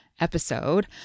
episode